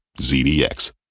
ZDX